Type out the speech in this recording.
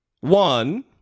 One